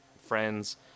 friends